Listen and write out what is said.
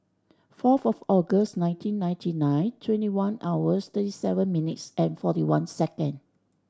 fourth of August nineteen ninety nine twenty one hours thirty seven minutes and forty one second